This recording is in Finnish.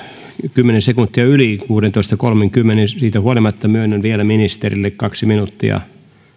kymmenen sekuntia yli kuudentoista piste kolmenkymmenen siitä huolimatta myönnän vielä ministerille kaksi minuuttia